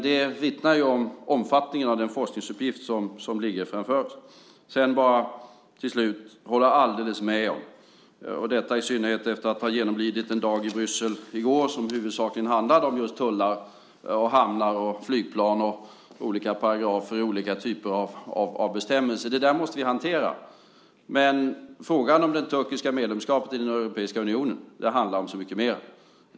Det vittnar om omfattningen av den forskningsuppgift som ligger framför oss. Slutligen håller jag helt med om - i synnerhet efter att i går ha genomlidit en dag i Bryssel som huvudsakligen handlade om just tullar, hamnar, flygplan, paragrafer i olika typer av bestämmelser, vilket vi ju måste hantera - att frågan om det turkiska medlemskapet i Europeiska unionen handlar om så mycket mer.